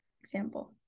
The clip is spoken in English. Example